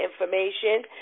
information